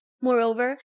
Moreover